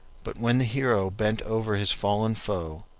but when the hero bent over his fallen foe,